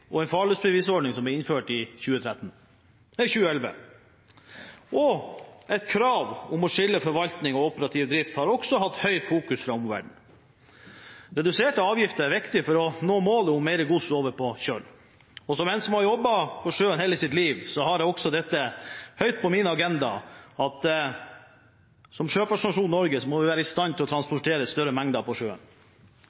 og en farledsbevisordning som ble innført i 2011. Et krav om å skille forvaltning og operativ drift har også hatt høyt fokus fra omverdenen. Reduserte avgifter er viktig for å nå målet om mer gods over på kjøl, og som en som har jobbet på sjøen helt sitt liv, har jeg også høyt på min agenda at som sjøfartsnasjonen må Norge være i stand til å